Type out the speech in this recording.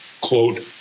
quote